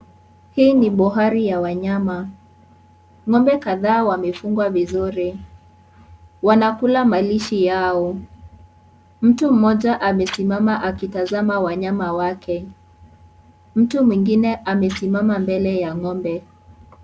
Hii ni boari ya wanyama, ng'ombe kadhaa wamefungwa vizuri, wanakula malishe yao. Mtu mmoja amesimama akitazama wanyama wake. Mtu mwingine amesimama mbele ya ng'ombe.